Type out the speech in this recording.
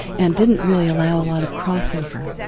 and didn't really allow a lot of crossover.